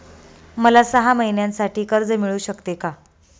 मला सहा महिन्यांसाठी कर्ज मिळू शकते का?